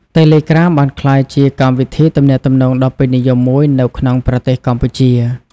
តេឡេក្រាមបានក្លាយជាកម្មវិធីទំនាក់ទំនងដ៏ពេញនិយមមួយនៅក្នុងប្រទេសកម្ពុជា។